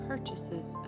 Purchases